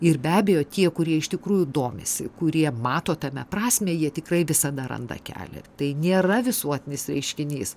ir be abejo tie kurie iš tikrųjų domisi kurie mato tame prasmę jie tikrai visada randa kelią tai nėra visuotinis reiškinys